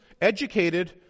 educated